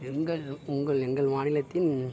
எங்கள் உங்கள் எங்கள் மாநிலத்தின்